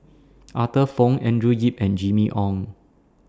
Arthur Fong Andrew Yip and Jimmy Ong